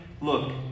Look